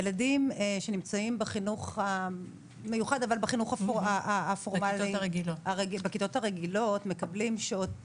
ילדים שנמצאים בחינוך המיוחד בכיתות הרגילות מקבלים שעות,